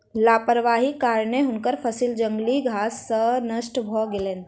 लापरवाहीक कारणेँ हुनकर फसिल जंगली घास सॅ नष्ट भ गेलैन